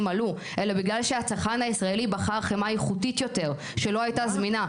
עלו אלא בגלל שהצרכן הישראלי בחר חמאה איכותית יותר שלא הייתה זמינה.